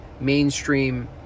mainstream